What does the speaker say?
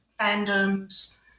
fandoms